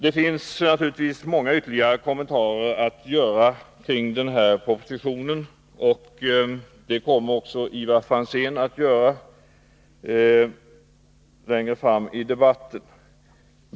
Det finns naturligtvis många ytterligare kommentarer att göra kring denna proposition, och det kommer också Ivar Franzén att återkomma till längre fram i debatten.